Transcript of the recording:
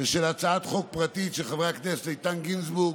ושל הצעת חוק פרטית של חברי הכנסת איתן גינזבורג,